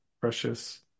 precious